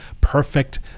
Perfect